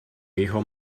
hijo